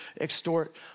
extort